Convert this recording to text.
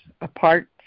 apart